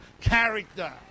character